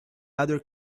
other